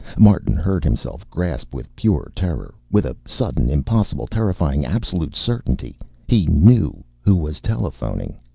martin heard himself gasp with pure terror. with a sudden, impossible, terrifying, absolute certainty he knew who was telephoning.